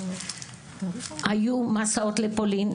היו מסעות לפולין.